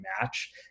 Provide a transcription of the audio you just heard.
match